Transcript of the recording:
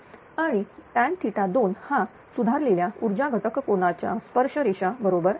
आणि tan2 हा सुधारलेल्या ऊर्जा घटक कोनाच्या स्पर्शरेषा बरोबर आहे